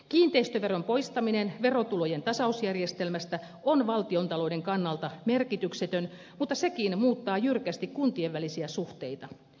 kiinteistöveron poistaminen verotulojen tasausjärjestelmästä on valtiontalouden kannalta merkityksetön mutta sekin muuttaa jyrkästi kuntien välisiä suhteita